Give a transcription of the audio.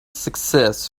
success